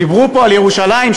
דיברו פה על ירושלים.